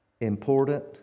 important